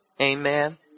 Amen